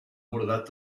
bordat